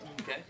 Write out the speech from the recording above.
Okay